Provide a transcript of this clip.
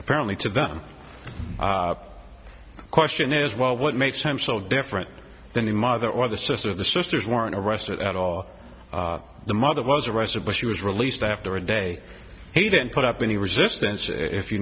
apparently to them the question is well what makes him so different than the mother or the sister of the sisters weren't arrested at all the mother was arrested but she was released after a day he didn't put up any resistance if you